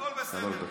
הכול בסדר.